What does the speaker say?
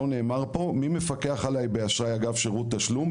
לא נאמר פה מי מפקח עליי באשראי אגב שירות תשלום,